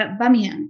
Bamiyan